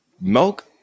milk